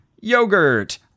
yogurt